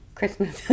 Christmas